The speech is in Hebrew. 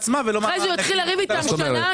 אחר כך הוא יתחיל לריב איתם במשך שנה.